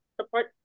support